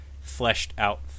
fleshed-out